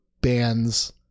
bands